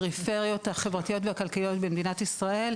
הפריפריות החברתיות והכלכליות במדינת ישראל,